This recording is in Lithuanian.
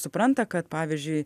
supranta kad pavyzdžiui